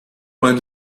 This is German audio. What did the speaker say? man